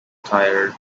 tired